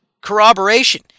corroboration